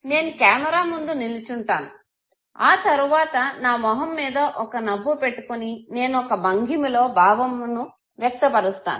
నేను కెమెరా ముందర నిలుచుంటాను ఆ తరువాత నా మొహం మీద ఒక నవ్వు పెట్టుకుని నేను ఒక భంగిమలో భావమును వ్యక్తీకరిస్తాను